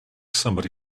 somebody